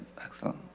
excellent